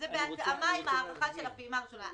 שזה בהתאמה עם ההארכה של הפעימה הראשונה.